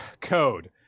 code